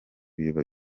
biba